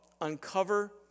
Uncover